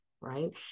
right